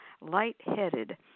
light-headed